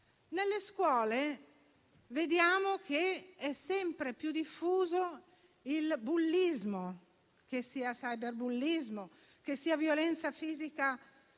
Nelle scuole vediamo che è sempre più diffuso il bullismo, che sia cyberbullismo o che sia violenza fisica